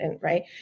right